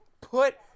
put